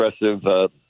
impressive